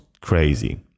crazy